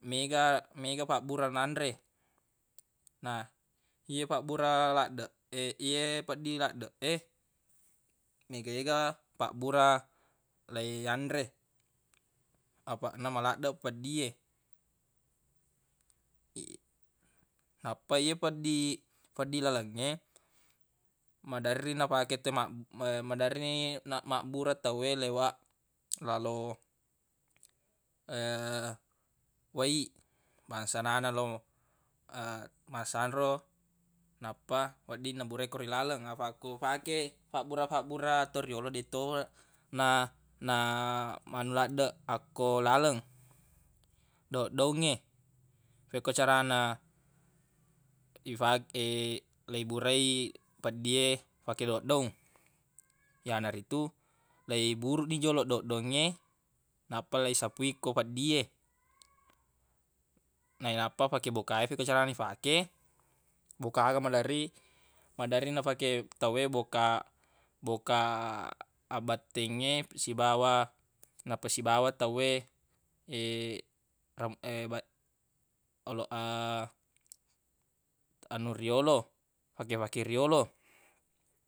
Mega- mega fabbura nanre na ye fabbura laddeq ye feddi laddeq e mega-ega pabbura leiyanre afaq na maladdeq feddi e nappa ye feddi- feddi lalengnge maderri nafake te mab- maderri na- mabbura tawwe lewaq lalo wai bangsanana lo bangsa na ro nappa wedding naburai kero ilaleng afaq ko fake fabbura-fabbura toriyolo deq tonge na manu laddeq akko laleng doddoungnge fekko carana ifake- leiburai peddi e fake doddoung yanaritu leiburuq ni joloq doddoungnge nappa leisapui ko feddi e nainappa fake boka e fekkoi carana ifake boka aga maderri maderri na fake tawwe boka- boka abbattengnge sibawa napasibawa tawwe anu riyolo fake-sake riyolo